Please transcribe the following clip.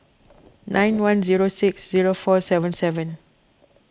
nine one zero six zero four seven seven